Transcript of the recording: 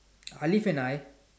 Alif and I